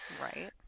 Right